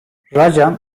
racan